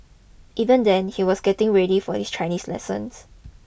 even then he was getting ready for his Chinese lessons